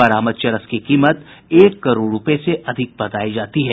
बरामद चरस की कीमत एक करोड़ रूपये से अधिक बतायी जाती है